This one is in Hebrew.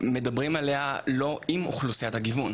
לא מדברים עליה עם אוכלוסיית הגיוון,